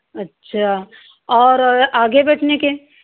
अच्छा और आगे बैठने के